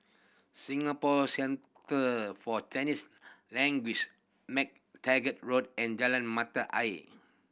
Singapore Centre For Chinese Languages MacTaggart Road and Jalan Mata Ayer